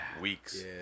weeks